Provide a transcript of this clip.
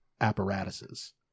apparatuses